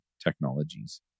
technologies